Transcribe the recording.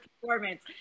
performance